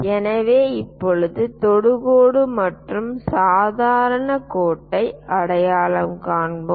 எனவே இப்போது தொடுகோடு மற்றும் சாதாரண கோட்டை அடையாளம் காண்போம்